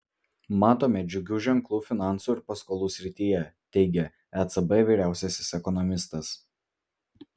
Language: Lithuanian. matome džiugių ženklų finansų ir paskolų srityje teigia ecb vyriausiasis ekonomistas